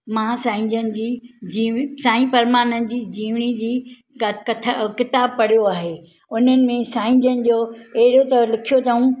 मां साईं जन जी जीव साईं परमानंद जी जीवनी जी कथा किताब पढ़ियो आहे उन्हनि में साईं जन जो अहिड़ो त लिखियो अथऊं